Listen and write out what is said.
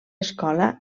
escola